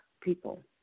people